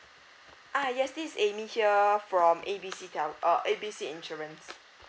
ah yes this is amy here from A B C tel~ uh A B C insurance